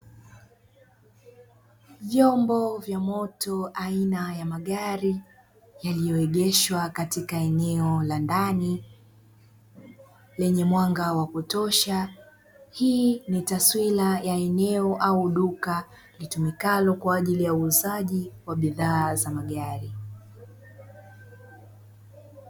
Vyombo vya moto aina ya magari yaliyoegeshwa katika eneo la ndani lenye mwanga wa kutosha; hii ni taswira ya eneo au duka litumikalo kwa ajili ya uuzaji wa bidhaa za magari.